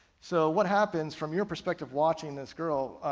so what happens from your perspective, watching this girl,